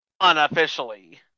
unofficially